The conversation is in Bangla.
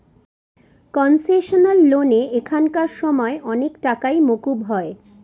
কনসেশনাল লোনে এখানকার সময় অনেক টাকাই মকুব হয়